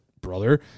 brother